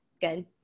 Good